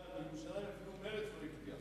יובל, על ירושלים אפילו מרצ לא הצביעה.